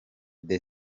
the